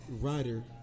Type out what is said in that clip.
writer